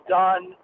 done